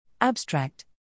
Abstract